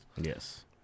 Yes